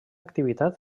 activitat